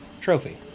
Trophy